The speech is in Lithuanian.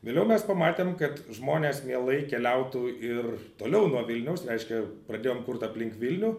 vėliau mes pamatėm kad žmonės mielai keliautų ir toliau nuo vilniaus reiškia pradėjom kurt aplink vilnių